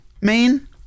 main